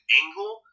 angle